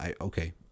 okay